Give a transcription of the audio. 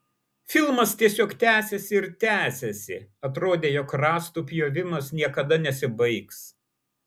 filmas tiesiog tęsėsi ir tęsėsi atrodė jog rąstų pjovimas niekada nesibaigs